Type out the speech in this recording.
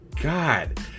God